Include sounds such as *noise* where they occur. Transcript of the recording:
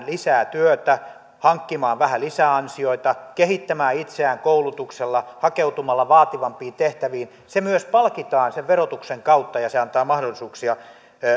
*unintelligible* lisää työtä hankkimaan vähän lisäansioita kehittämään itseään koulutuksella hakeutumalla vaativampiin tehtäviin myös palkitaan verotuksen kautta ja se antaa mahdollisuuksia